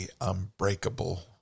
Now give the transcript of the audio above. unbreakable